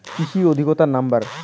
কৃষি অধিকর্তার নাম্বার?